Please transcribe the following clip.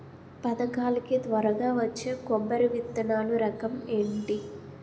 పథకాల కి త్వరగా వచ్చే కొబ్బరి విత్తనాలు రకం ఏంటి?